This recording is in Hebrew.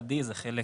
מקטע B זה חלק